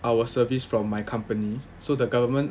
our service from my company so the government